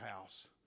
house